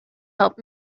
help